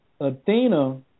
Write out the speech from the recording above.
Athena